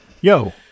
yo